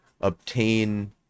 obtain